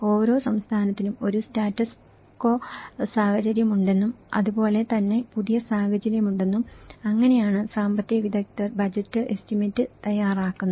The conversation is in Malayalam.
ഓരോ സംസ്ഥാനത്തിനും ഒരു സ്റ്റാറ്റസ് ക്വ സാഹചര്യമുണ്ടെന്നും അതുപോലെ തന്നെ പുതിയ സാഹചര്യമുണ്ടെന്നും അങ്ങനെയാണ് സാമ്പത്തിക വിദഗ്ധൻ ബജറ്റ് എസ്റ്റിമേറ്റ് തയ്യാറാക്കുന്നത്